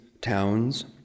towns